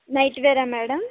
night wear ఆ madam